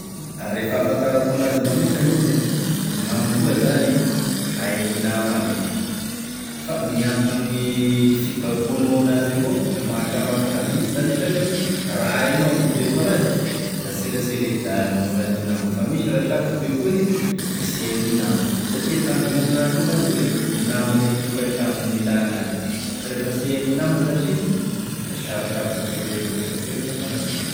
Re fahafantarako an'azy manokana izy e, gn'amboa zany hay any nama aby izy fa miankina amin'ny fibaikoanao an'azy evao gne mahasambihafa an'azy misy zany e sasany raha hainao mibeko an'azy da selatsela izy da mora hany nama, de misy raha sarotry bekony izy da sy hay hany nama, satria e tanjogny amin'azy io zany da hoe ho nama ame tokantrano gn'ilàn'azy, ka rehefa tsy hay hany nama zash izy da sarosarotra akoizay avao, fieritreretako an'azy.